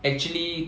actually